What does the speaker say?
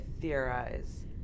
theorize